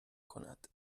کند